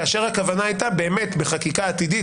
כאשר הכוונה הייתה בחקיקה עתידית,